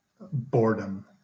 boredom